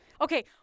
Okay